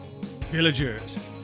Villagers